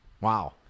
Wow